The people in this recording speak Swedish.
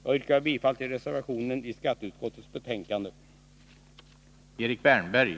Jag yrkar bifall till reservationen i skatteutskottets betänkande 38. :